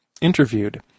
interviewed